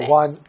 one